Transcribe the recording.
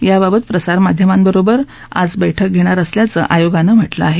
याबाबत प्रसार माध्यमांबरोबर आज बैठक घेणार असल्याचं आयोगानं सांगितलं आहे